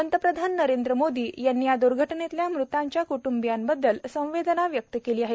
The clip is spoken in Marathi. पंतप्रधान नरेंद्र मोदी यांनी या दूर्घटनेतील मृतांच्या क्ट्ंबीयांबद्दल सहवेदना व्यक्त केली आहे